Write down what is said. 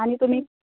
आनी तुमी